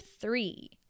three